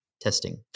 testing